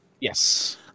yes